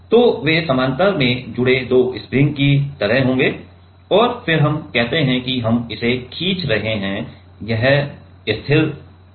तो वे समानांतर में जुड़े 2 स्प्रिंग्स की तरह हैं और फिर हम कहते हैं कि हम इसे खींच रहेे है यह स्थिर छोर है